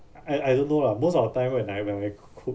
I I don't know lah most of the time when I when I c~ cook